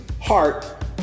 heart